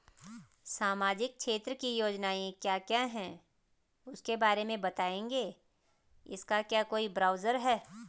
सामाजिक क्षेत्र की योजनाएँ क्या क्या हैं उसके बारे में बताएँगे इसका क्या कोई ब्राउज़र है?